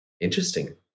interesting